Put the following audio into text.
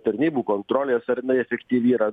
tarnybų kontrolės ar jinai efektyvi yra